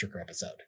episode